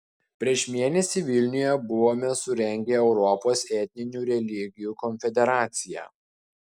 prieš mėnesį vilniuje buvome surengę europos etninių religijų konferenciją